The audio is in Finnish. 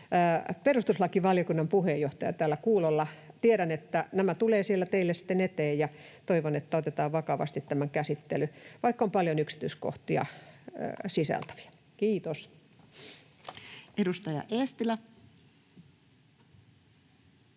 perustuslakivaliokunnan puheenjohtaja täällä kuulolla. Tiedän, että nämä tulee siellä teille sitten eteen, ja toivon, että otetaan vakavasti tämän käsittely, vaikka on paljon yksityiskohtia sisältävä. — Kiitos. [Speech